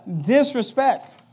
disrespect